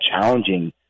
challenging